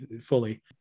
fully